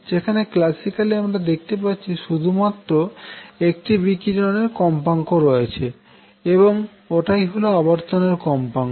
যেখানে ক্ল্যাসিক্যলি আমরা দেখতে পাচ্ছি শুধুমাত্র একটি বিকিরণের কম্পাঙ্ক রয়েছে এবং ওটাই হল আবর্তনের কম্পাঙ্ক